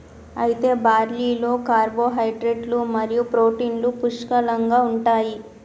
అయితే బార్లీలో కార్పోహైడ్రేట్లు మరియు ప్రోటీన్లు పుష్కలంగా ఉంటాయి